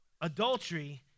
Adultery